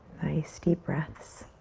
nice deep breaths.